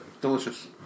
Delicious